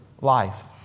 life